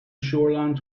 shoreland